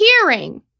hearing